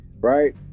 Right